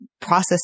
process